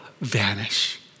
vanish